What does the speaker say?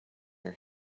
her